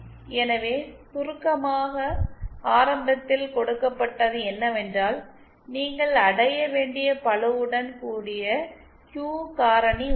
எனவே சுருக்கமாக ஆரம்பத்தில் கொடுக்கப்பட்டது என்னவென்றால் நீங்கள் அடைய வேண்டிய பளுவுடன் கூடிய Q காரணி உள்ளது